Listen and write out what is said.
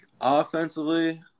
offensively